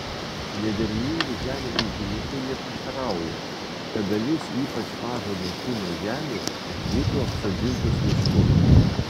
nederlingų žemių ūkininkai neprieštarauja kad dalis ypač mažo našumo žemių būtų apsodintos mišku